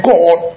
God